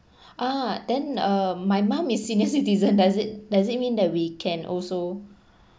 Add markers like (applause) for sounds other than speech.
(breath) ah then um my mum is senior citizen (laughs) does it does it mean that we can also